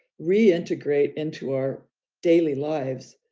reintegrate into our daily lives,